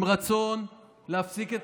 עם רצון להפסיק,